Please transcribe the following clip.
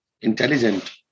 intelligent